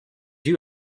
you